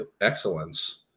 Excellence